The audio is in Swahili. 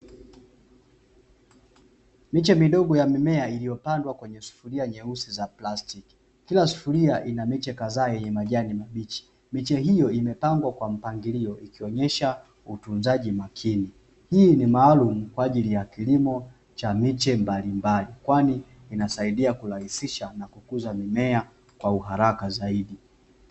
Miche midogo ya mimea iliyopandwa kwenye sufuria nyeusi za plasitiki kila sufuria ina miche kadhaa yenye majani mabichi, miche hiyo imepandwa mapangilio ikionyesha mpangilio makini hii ni maalumu kwaajili ya kilimo cha miche mbalimbali kwani inasaidia kurahisisha na kukuza mimea kwa uharaka zaidi.